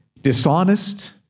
Dishonest